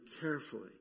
carefully